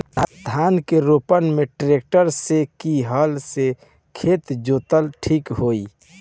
धान के रोपन मे ट्रेक्टर से की हल से खेत जोतल ठीक होई?